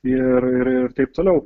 ir ir ir taip toliau